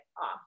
off